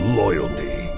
loyalty